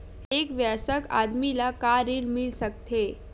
एक वयस्क आदमी ला का ऋण मिल सकथे?